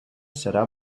serà